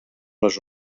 les